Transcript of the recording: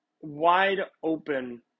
wide-open